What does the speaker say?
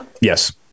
yes